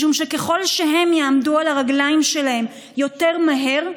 משום שככל שהם יעמדו על הרגליים שלהם יותר מהר,